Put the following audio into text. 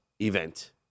event